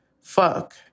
Fuck